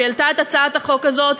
שהעלתה את הצעת החוק הזאת.